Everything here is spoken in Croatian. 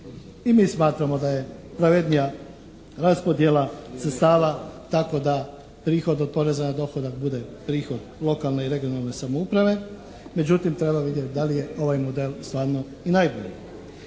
i mi smatramo da je pravednija raspodjela sredstava tako da prihod od poreza na dohodak bude prihod lokalne i regionalne samouprave, međutim treba vidjeti da li je ovaj model stvarno i najbolji.